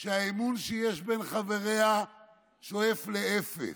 שהאמון שיש בין חבריה שואף לאפס.